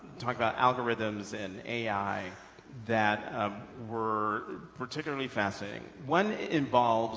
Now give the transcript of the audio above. talk about algorithms and ai that were particularly fascinating. one involves